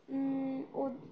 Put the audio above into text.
ও